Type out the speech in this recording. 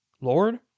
Lord